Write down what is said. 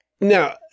Now